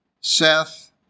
Seth